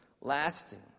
lasting